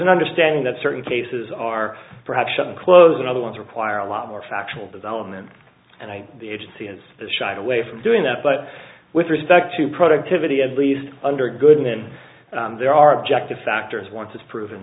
an understanding that certain cases are perhaps up close and other ones require a lot more factual development and the agency has shied away from doing that but with respect to productivity at least under goodman there are objective factors once it's proven